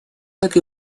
так